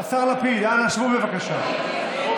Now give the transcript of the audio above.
אנא שבו במקומותיכם.